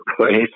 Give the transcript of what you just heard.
place